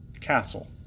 castle